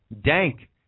Dank